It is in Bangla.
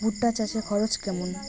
ভুট্টা চাষে খরচ কেমন?